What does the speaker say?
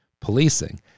policing